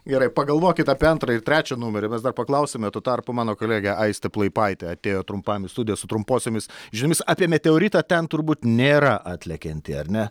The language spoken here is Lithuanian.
gerai pagalvokit apie antrą ir trečią numerį mes dar paklausime tuo tarpu mano kolegė aistė plaipaitė atėjo trumpam į studiją su trumposiomis žiniomis apie meteoritą ten turbūt nėra atlekiantį ar ne